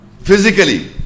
Physically